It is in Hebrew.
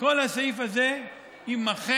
כל הסעיף הזה יימחק,